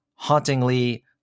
hauntingly